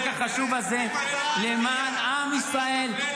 החשוב הזה ------- למען עם ישראל,